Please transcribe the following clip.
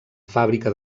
fàbrica